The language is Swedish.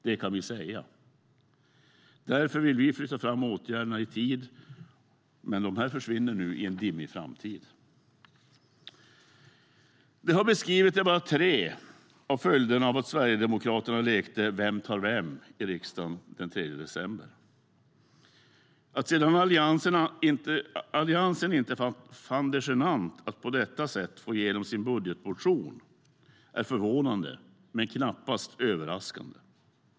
Det kan vi säga. Därför vill vi flytta fram åtgärderna i tid, men dessa försvinner nu i en dimmig framtid. Det jag har beskrivit är bara tre av följderna av att Sverigedemokraterna lekte Vem tar vem i riksdagen den 3 december. Att sedan Alliansen inte fann det genant att på detta sätt få igenom sin budgetmotion är förvånande men knappast överraskande.